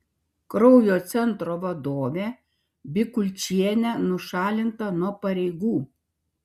kraujo centro vadovė bikulčienė nušalinta nuo pareigų